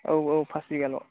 औ औ पास बिगाल'